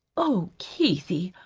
oh, keithie,